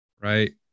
right